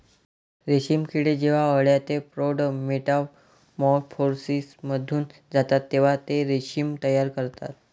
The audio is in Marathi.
रेशीम किडे जेव्हा अळ्या ते प्रौढ मेटामॉर्फोसिसमधून जातात तेव्हा ते रेशीम तयार करतात